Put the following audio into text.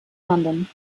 london